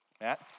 Matt